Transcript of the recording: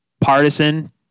partisan